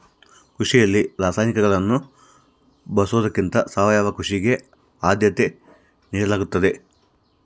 ಕೃಷಿಯಲ್ಲಿ ರಾಸಾಯನಿಕಗಳನ್ನು ಬಳಸೊದಕ್ಕಿಂತ ಸಾವಯವ ಕೃಷಿಗೆ ಆದ್ಯತೆ ನೇಡಲಾಗ್ತದ